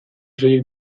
soilik